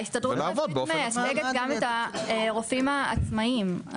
ההסתדרות מייצגת גם את הרופאים העצמאים,